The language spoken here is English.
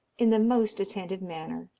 in the most attentive manner,